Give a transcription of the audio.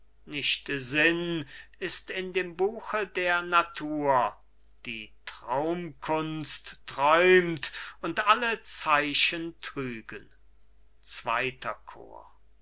nicht sinn ist in dem buche der natur die traumkunst träumt und alle zeichen trügen zweiter chor